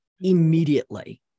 immediately